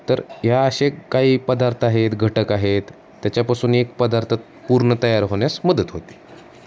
तर या या असे काही पदार्थ आहेत घटक आहेत त्याच्यापासून एक पदार्थ पूर्ण तयार होण्यास मदत होते